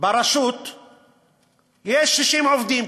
ברשות יש 60 עובדים.